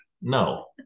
No